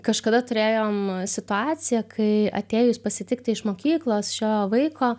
kažkada turėjom situaciją kai atėjus pasitikti iš mokyklos šio vaiko